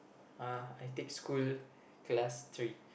uh I take school class three